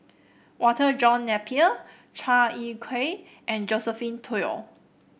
Walter John Napier Chua Ek Kay and Josephine Teo